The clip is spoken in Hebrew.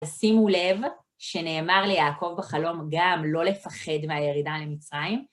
שימו לב שנאמר ליעקב בחלום גם לא לפחד מהירידה למצרים...